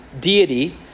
deity